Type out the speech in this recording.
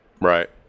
Right